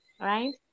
right